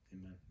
Amen